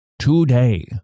today